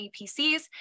APCs